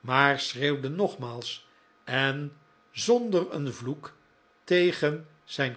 maar schreeuwde nogmaals en zonder een vloek tegen zijn